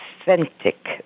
authentic